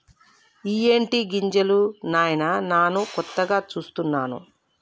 ఇయ్యేటి గింజలు నాయిన నాను కొత్తగా సూస్తున్నాను